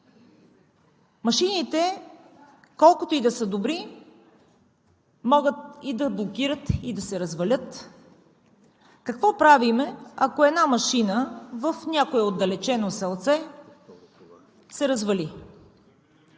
Машините, колкото и да са добри, могат и да блокират, и да се развалят. Какво правим, ако една машина в някое отдалечено селце се развали?